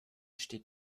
steht